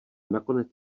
nakonec